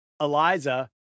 Eliza